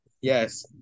Yes